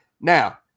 Now